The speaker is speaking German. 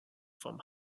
vom